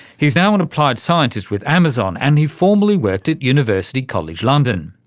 he's now an applied scientist with amazon and he formerly worked at university college london.